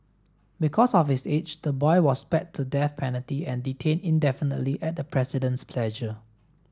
because of his age the boy was spared the death penalty and detained indefinitely at the President's pleasure